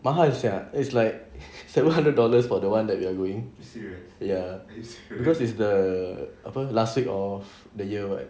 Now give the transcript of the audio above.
mahal sia it's like seven hundred dollars for the one that we are going ya is because it's the apa last week of the year [what]